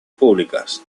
públicas